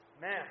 man